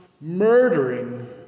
murdering